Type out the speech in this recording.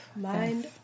mind